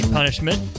punishment